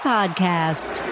Podcast